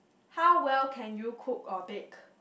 how well can you cook or bake